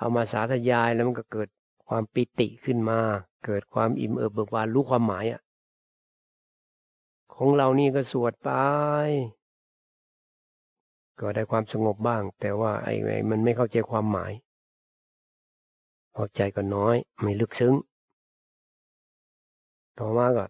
เอามาสาธยายแล้วมันก็เกิดความปิติขึ้นมา เกิดความอิ่มเอิบเบิกบาน รู้ความหมายอ่ะ ของเรานี่ก็สวดไปก็ได้ความสงบบ้าง แต่ว่าไอ้- ไอ้มันไม่เข้าใจความหมาย พอใจก็น้อย ไม่ลึกซึ้ง ต่อมาก็